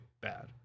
bad